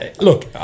look